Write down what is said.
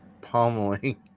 pummeling